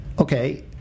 okay